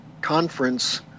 conference